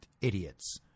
idiots